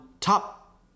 top